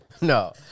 no